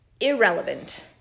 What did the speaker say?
irrelevant